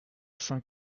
saint